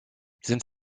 sind